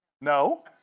No